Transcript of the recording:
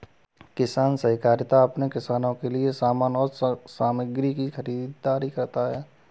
कृषि सहकारिता अपने किसानों के लिए समान और सामग्री की खरीदारी करता है